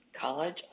College